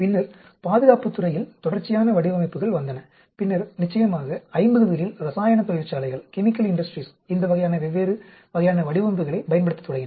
பின்னர் பாதுகாப்புத் துறையில் தொடர்ச்சியான வடிவமைப்புகள் வந்தன மற்றும் நிச்சயமாக 50 களில் ரசாயனத் தொழிற்சாலைகள் இந்த வெவ்வேறு வகையான வடிவமைப்புகளைப் பயன்படுத்தத் தொடங்கின